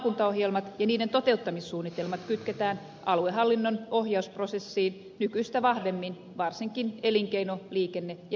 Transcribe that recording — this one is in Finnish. samoin maakuntaohjelmat ja niiden toteuttamissuunnitelmat kytketään aluehallinnon ohjausprosessiin nykyistä vahvemmin varsinkin elinkeino liikenne ja ympäristökeskusten osalta